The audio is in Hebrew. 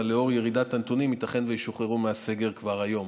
אבל לאור ירידת הנתונים ייתכן שהם ישוחררו מהסגר כבר היום,